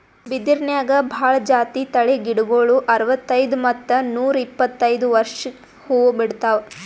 ಬಿದಿರ್ನ್ಯಾಗ್ ಭಾಳ್ ಜಾತಿ ತಳಿ ಗಿಡಗೋಳು ಅರವತ್ತೈದ್ ಮತ್ತ್ ನೂರ್ ಇಪ್ಪತ್ತೈದು ವರ್ಷ್ಕ್ ಹೂವಾ ಬಿಡ್ತಾವ್